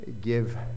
give